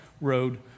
road